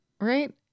right